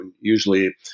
usually